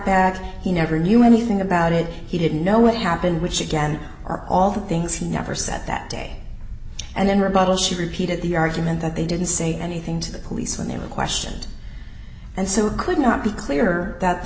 bag he never knew anything about it he didn't know what happened which again are all the things he never said that day and then rebuttal she repeated the argument that they didn't say anything to the police when they were questioned and so it could not be clear that the